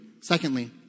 Secondly